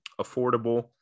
affordable